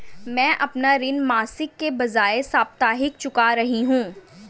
मैं अपना ऋण मासिक के बजाय साप्ताहिक चुका रही हूँ